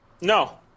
No